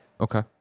Okay